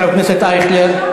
חבר הכנסת אייכלר.